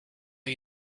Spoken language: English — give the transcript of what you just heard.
you